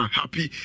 happy